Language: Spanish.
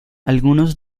algunos